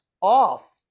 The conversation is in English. off